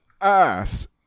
ass